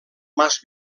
mas